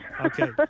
Okay